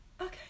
okay